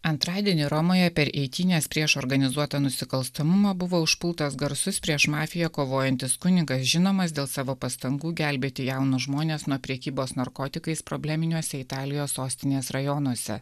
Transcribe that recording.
antradienį romoje per eitynes prieš organizuotą nusikalstamumą buvo užpultas garsus prieš mafiją kovojantis kunigas žinomas dėl savo pastangų gelbėti jaunus žmones nuo prekybos narkotikais probleminiuose italijos sostinės rajonuose